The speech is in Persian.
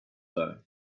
دارم